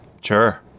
Sure